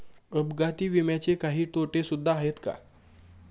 अपघाती विम्याचे काही तोटे सुद्धा आहेत का?